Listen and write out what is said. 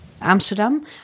Amsterdam